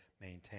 maintain